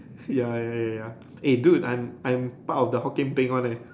ya ya ya ya eh dude I'm I'm part of the Hokkien Beng one leh